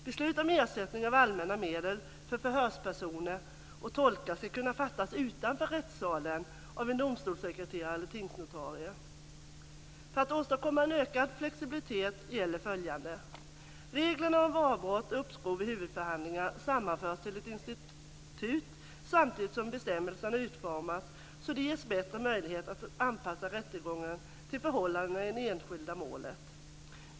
Beslut om ersättning av allmänna medel till förhörspersoner och tolkar ska kunna fattas utanför rättssalen av en domstolssekreterare eller tingsnotarie. För att åstadkomma en ökad flexibilitet gäller följande: Reglerna om avbrott och uppskov i huvudförhandling sammanförs till ett institut samtidigt som bestämmelserna utformas så att det ges bättre möjligheter att anpassa rättegången till förhållandena i det enskilda målet.